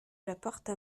j’apporte